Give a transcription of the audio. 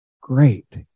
great